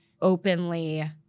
openly